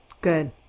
Good